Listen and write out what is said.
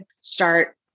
start